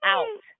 Out